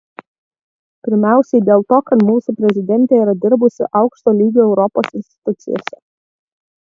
pirmiausiai dėl to kad mūsų prezidentė yra dirbusi aukšto lygio europos institucijose